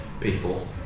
people